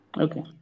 Okay